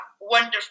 wonderful